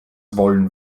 wollen